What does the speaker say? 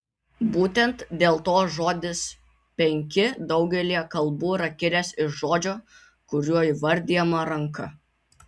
būtent dėl to žodis penki daugelyje kalbų yra kilęs iš žodžio kuriuo įvardijama ranka